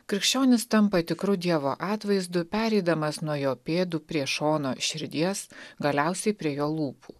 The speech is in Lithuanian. krikščionis tampa tikru dievo atvaizdu pereidamas nuo jo pėdų prie šono širdies galiausiai prie jo lūpų